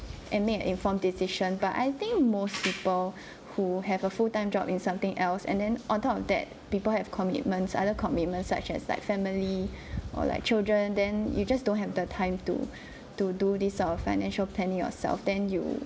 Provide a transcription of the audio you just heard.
and make informed decisions but I think most people who have a full time job and something else and then on top of that people have commitments other commitments such as like family or like children then you just don't have the time to to do this sort of financial planning yourself then you